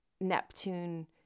Neptune